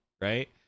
right